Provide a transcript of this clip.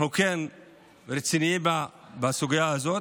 אנחנו כן רציניים בסוגיה הזאת.